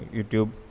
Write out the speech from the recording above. YouTube